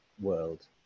world